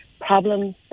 problems